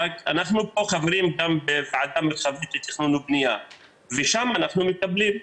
אנחנו פה חברים גם בוועדה מרחבית לתכנון ובנייה ושם אנחנו מקבלים.